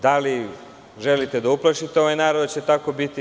Da li želite da uplašite ovaj narod da će tako biti.